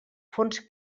fons